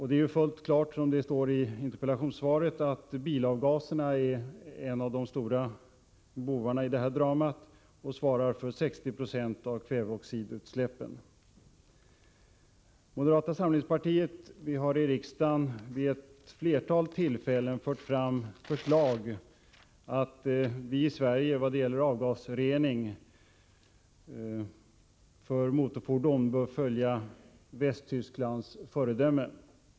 Det är fullt klart, som det står i interpellationssvaret, att bilavgaserna hör till de stora bovarna i det här dramat och svarar för 60 96 av kväveoxidutsläppen. Moderata samlingspartiet har i riksdagen vid ett flertal tillfällen lagt fram förslag om att Sverige när det gäller avgaserna för motorfordon skall följa Västtysklands föredöme.